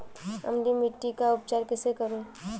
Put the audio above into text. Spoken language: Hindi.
अम्लीय मिट्टी का उपचार कैसे करूँ?